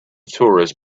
tourists